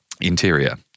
Interior